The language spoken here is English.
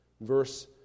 Verse